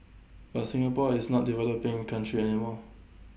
but Singapore is not developing country any more